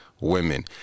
women